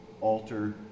alter